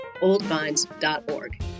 oldvines.org